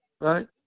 right